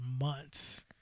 months